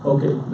Okay